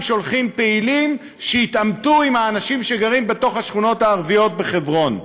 שולחים פעילים שיתעמתו עם האנשים שגרים בתוך השכונות הערביות בחברון.